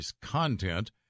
content